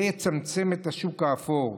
זה יצמצם את השוק האפור.